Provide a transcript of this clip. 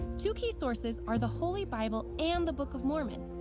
two key sources are the holy bible and the book of mormon,